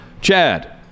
Chad